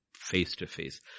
face-to-face